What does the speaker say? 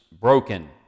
broken